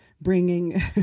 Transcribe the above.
bringing